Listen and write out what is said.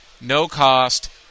no-cost